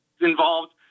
involved